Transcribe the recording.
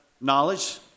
knowledge